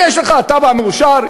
יש לך תב"ע מאושרת,